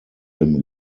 him